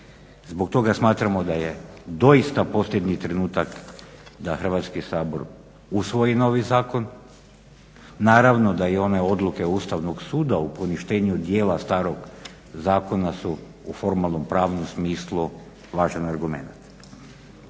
Zbog toga smatramo da je doista trenutak da Hrvatski sabor usvoji novi zakon. Naravno da i one odluke Ustavnog suda u poništenju dijela starog zakona su u formalno-pravnom smislu važan argumenat.